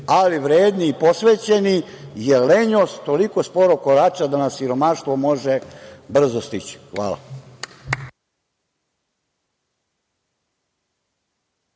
ali vredni i posvećeni, jer lenjost toliko sporo korača da nas siromaštvo može brzo stići. Hvala.